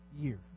year